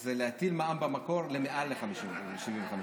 זה להטיל מע"מ במקור על מעל ל-75 דולר.